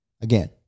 Again